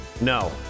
No